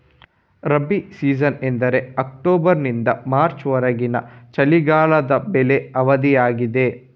rabi season ಎಂದರೆ ಅಕ್ಟೋಬರಿನಿಂದ March ವರೆಗಿನ ಚಳಿಗಾಲದ ಬೆಳೆ ಅವಧಿಯಾಗಿದೆ